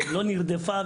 ולא נרדפה,